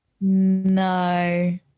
no